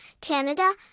Canada